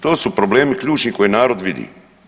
To su problemi ključni koje narod vidi.